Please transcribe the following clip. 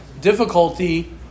difficulty